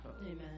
Amen